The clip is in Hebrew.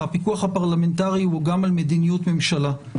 הפיקוח הפרלמנטרי הוא גם על מדיניות ממשלה,